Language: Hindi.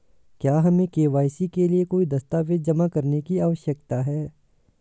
क्या हमें के.वाई.सी के लिए कोई दस्तावेज़ जमा करने की आवश्यकता है?